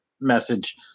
message